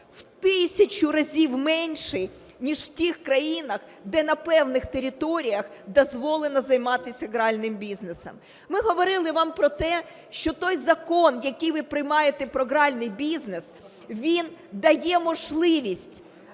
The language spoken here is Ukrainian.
в тисячу разів менший, ніж в тих країнах, де на певних територіях дозволено займатись гральним бізнесом. Ми говорили вам про те, що той закон, який ви приймаєте про гральний бізнес, він дає можливість